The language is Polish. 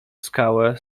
skałę